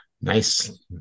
nice